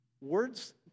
words